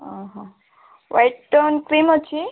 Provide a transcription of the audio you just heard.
ଅ ହଁ Whitetone cream ଅଛି